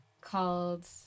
called